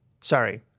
sorry